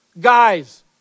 guys